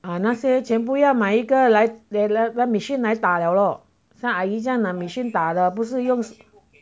啊那些全部要买一个来 machine 来打了咯像阿姨用 machine 来打的不是用